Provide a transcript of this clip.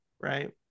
right